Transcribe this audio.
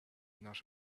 not